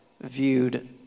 viewed